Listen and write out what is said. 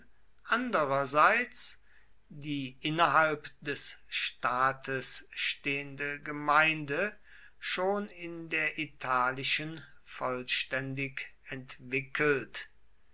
andererseits die innerhalb des staates stehende gemeinde schon in der italischen vollständig entwickelt